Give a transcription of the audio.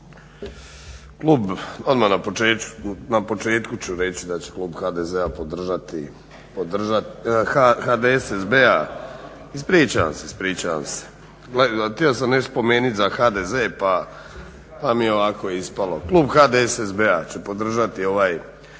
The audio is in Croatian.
klub odmah na početku ću reći da će Klub HDZ-a podržati, HDSSB-a ispričavam se, ispričava. Htio sam nešto spomenuti za HDZ pa mi je ovako ispalo. Klub HDSSB-a će podržati ovaj